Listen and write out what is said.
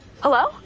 Hello